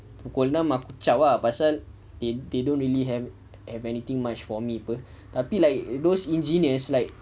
pukul enam aku chao ah pasal they they don't really have have anything much for me apa tapi like those engineers like